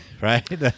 Right